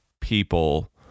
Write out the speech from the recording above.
people